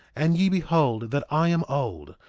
and ye behold that i am old,